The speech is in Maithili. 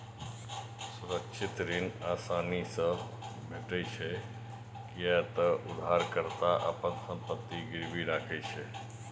सुरक्षित ऋण आसानी से भेटै छै, कियै ते उधारकर्ता अपन संपत्ति गिरवी राखै छै